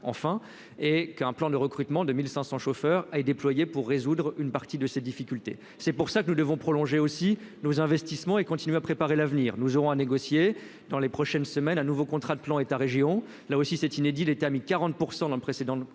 enfin et qu'un plan de recrutement de 1500 chauffeurs et déployé pour résoudre une partie de ses difficultés, c'est pour cela que nous devons prolonger aussi nos investissements et continuer à préparer l'avenir, nous aurons à négocier dans les prochaines semaines à nouveau contrat de plan État-Région, là aussi, c'est inédit, les termites 40 % dans le précédent